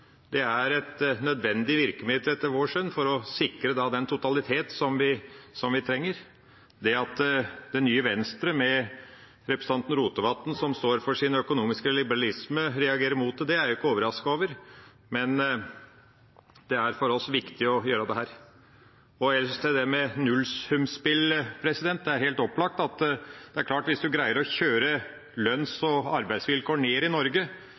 vårt skjønn et nødvendig virkemiddel for å sikre den totaliteten vi trenger. At det nye Venstre med representanten Rotevatn, som står for sin økonomiske liberalisme, reagerer imot det, er jeg ikke overrasket over. Men for oss er det viktig å gjøre dette. Ellers til nullsumspill: Det er helt opplagt at hvis du klarer å kjøre lønns- og arbeidsvilkår ned i Norge,